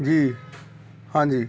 ਜੀ ਹਾਂਜੀ